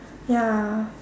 ya